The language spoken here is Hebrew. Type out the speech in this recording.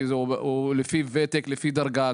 כי זה לפי ותק ולפי דרגה,